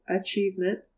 achievement